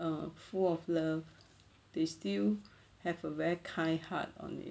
err full of love they still have a very kind heart only